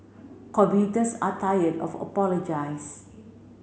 commuters are tired of apologise